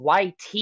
YT